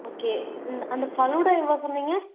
okay அந்த அந்த ஃபளூடா எவ்வளோ சொன்னீங்க